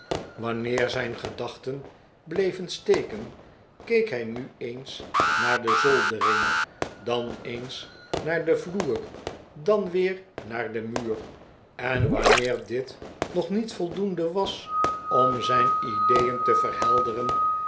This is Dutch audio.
wanneer zijn gedachten de pickwick club bleven steken keek hij nu eens naar de zoldering dan eens naar den vloer dan weer naar den muur en wanneer dit nog niet voldoende was om zijn ideeen te verhelderen